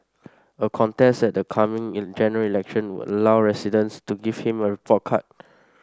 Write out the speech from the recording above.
a contest at the coming General Election would allow residents to give him a report card